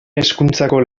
hezkuntzako